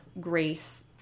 grace